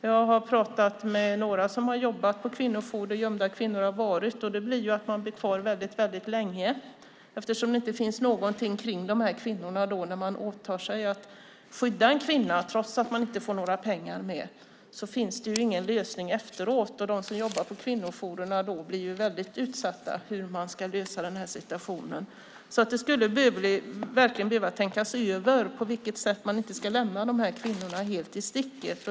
Jag har pratat med några som har jobbat på kvinnojourer där gömda kvinnor har varit. Dessa kvinnor blir kvar väldigt länge eftersom det inte finns någonting runt dessa kvinnor när man åtar sig att skydda dem trots att inte några pengar följer med dessa kvinnor. Men det finns ingen lösning efteråt, och de som jobbar på kvinnojourerna blir mycket utsatta när det gäller hur de ska lösa detta. Man skulle verkligen behöva tänka över detta så att dessa kvinnor inte lämnas helt i sticket.